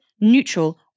neutral